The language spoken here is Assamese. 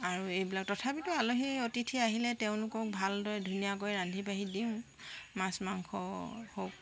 আৰু এইবিলাক তথাপিতো আলহী অতিথি আহিলে তেওঁলোকক ভালদৰে ধুনীয়াকৈ ৰান্ধি বাঢ়ি দিওঁ মাছ মাংস হওক